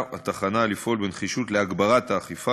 התחנה לפעול בנחישות להגברת האכיפה,